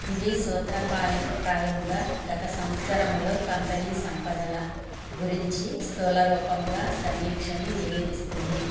ఇది సూత్రపాయం ప్రాయంగా గత సంవత్సరంలో కంపెనీ సంపదల గురించి స్థూలరూపంగా సమీక్షని నివేదిస్తుంది